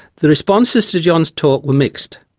the responses to john's talk were mixed.